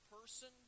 person